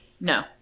No